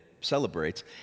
celebrates